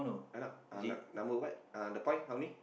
uh nah uh number what the point how many